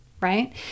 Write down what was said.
right